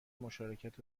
مشارکت